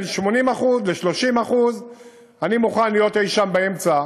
בין 80% ל-30% אני מוכן להיות אי-שם באמצע